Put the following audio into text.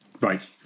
Right